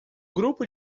grupo